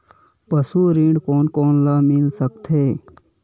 पशु ऋण कोन कोन ल मिल सकथे?